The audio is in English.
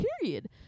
period